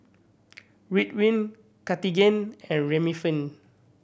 Ridwind Cartigain and Remifemin